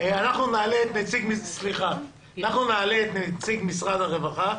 אנחנו נעלה את נציג משרד הרווחה,